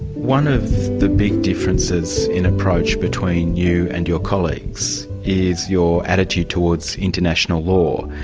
one of the big differences in approach between you and your colleagues, is your attitude towards international law,